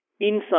Inside